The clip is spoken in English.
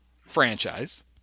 franchise